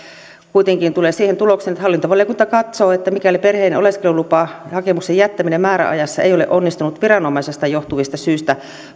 kuitenkin siihen tulokseen että se katsoo että mikäli perheen oleskelulupahakemuksen jättäminen määräajassa ei ole onnistunut viranomaisesta johtuvista syistä